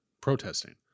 protesting